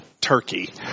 turkey